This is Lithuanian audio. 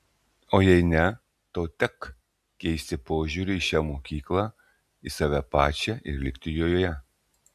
o jei ne tau tek keisti požiūrį į šią mokyklą į save pačią ir likti joje